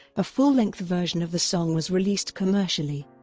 a full-length version of the song was released commercially.